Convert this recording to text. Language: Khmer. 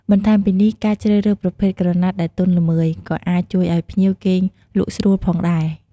បន្ថែមពីនេះ ការជ្រើសរើសប្រភេទក្រណាត់ដែលទន់ល្មើយ ក៏អាចជួយឲ្យភ្ញៀវគេងលក់ស្រួលផងដែរ។